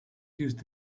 used